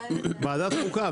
לוועדת חוקה.